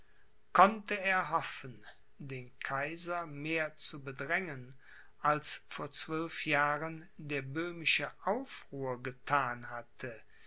konnte er hoffen den kaiser mehr zu bedrängen als vor zwölf jahren der böhmische aufruhr gethan hatte